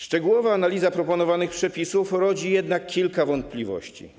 Szczegółowa analiza proponowanych przepisów rodzi jednak kilka wątpliwości.